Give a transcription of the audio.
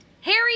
Harry